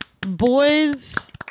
Boys